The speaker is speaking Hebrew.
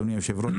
אדוני היושב ראש,